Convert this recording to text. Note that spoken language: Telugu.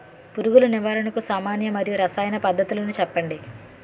పురుగుల నివారణకు సామాన్య మరియు రసాయన పద్దతులను చెప్పండి?